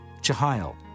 Jehiel